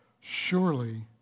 Surely